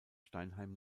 steinheim